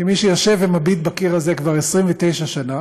כמי שיושב ומביט בקיר הזה כבר 29 שנה,